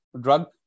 Drug